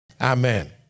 Amen